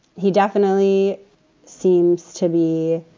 he definitely seems to be,